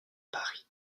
paris